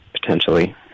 potentially